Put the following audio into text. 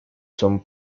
son